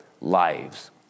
lives